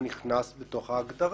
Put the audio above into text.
הוא נכנס בתוך ההגדרה.